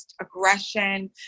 aggression